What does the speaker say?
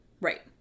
right